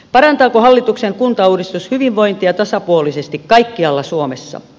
parantaako hallituksen kuntauudistus hyvinvointia tasapuolisesti kaikkialla suomessa